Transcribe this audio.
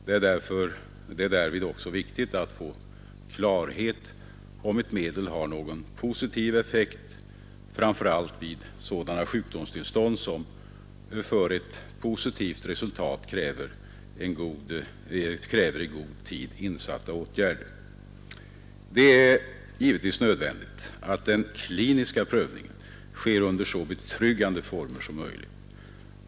Det är därvid också viktigt att få klarhet i om medlet har någon positiv effekt, framför allt vid sådana sjukdomstillstånd som för ett positivt resultat kräver i god tid insatta åtgärder. Det är givetvis nödvändigt att den kliniska prövningen sker under så betryggande former som möjligt.